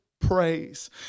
praise